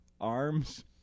arms